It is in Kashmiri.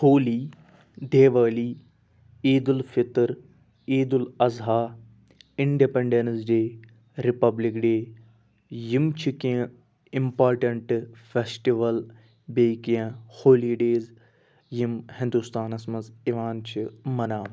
Holi Diwali Eid ul Fitr Eid ul Adha independence day republic day یِم چھِ کیٚنہہ اِمپارٹنٹ فٮ۪سٹِوَل بیٚیہِ کیٚنہہ ہولی ڈیز یِم ہِندُستانَس منٛز یِوان چھِ مَناونہٕ